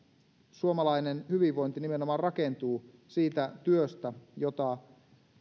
suomalainen hyvinvointi nimenomaan rakentuu siitä työstä jota